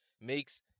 makes